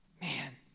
Man